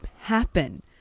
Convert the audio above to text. happen